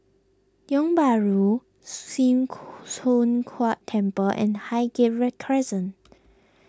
Tiong Bahru Sim Choon Huat Temple and Highgate Crescent